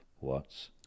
watts